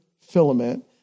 filament